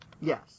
Yes